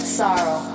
sorrow